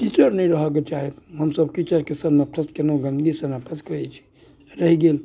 कीचड़ नहि रहऽ के चाही हमसब कीचड़केसँ नफरत कयलहुँ गन्दगसँ नफरत करैत छी रहि गेल